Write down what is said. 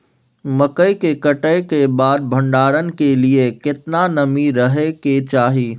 मकई के कटाई के बाद भंडारन के लिए केतना नमी रहै के चाही?